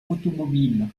automobile